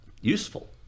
useful